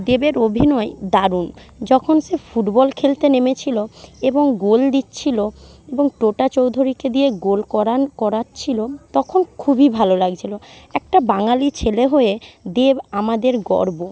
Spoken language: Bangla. দেবের অভিনয় দারুণ যখন সে ফুটবল খেলতে নেমেছিলো এবং গোল দিচ্ছিলো এবং টোটা চৌধুরিকে দিয়ে গোল করান করাচ্ছিলো তখন খুবই ভালো লাগছিলো একটা বাঙালি ছেলে হয়ে দেব আমাদের গর্ব